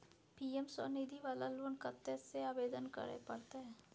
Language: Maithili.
पी.एम स्वनिधि वाला लोन कत्ते से आवेदन करे परतै?